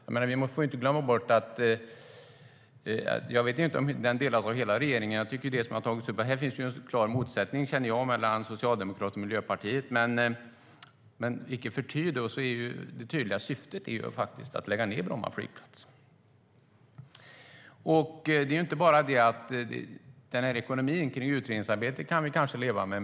Jag vet inte om uppfattningen delas av hela regeringen. Jag känner ju att det finns en klar motsättning mellan Socialdemokraterna och Miljöpartiet. Men icke förty är det tydliga syftet att lägga ned Bromma flygplats. Det handlar inte bara om ekonomin kring utredningsarbetet. Det kan vi kanske leva med.